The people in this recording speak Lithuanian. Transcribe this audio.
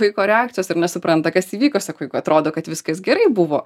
vaiko reakcijos ar nesupranta kas įvyko sako juk atrodo kad viskas gerai buvo